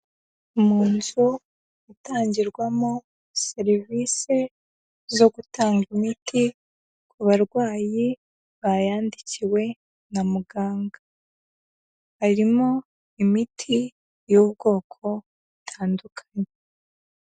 Mu nzu itangirwamo serivisi zo gutanga imiti ku barwayi bayandikiwe na muganga, harimo imiti y'ubwoko butandukanye.